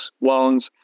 loans